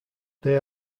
they